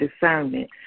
discernment